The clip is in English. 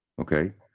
Okay